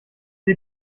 sie